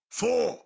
four